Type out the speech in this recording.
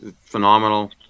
phenomenal